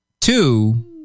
two